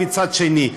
ו' מצד שני.